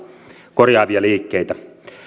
korjaavia liikkeitä